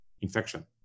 infection